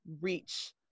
reach